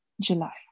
July